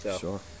Sure